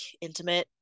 intimate